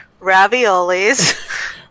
raviolis